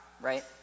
right